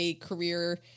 career